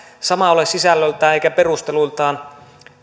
sama ole sisällöltään eikä perusteluiltaan